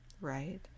Right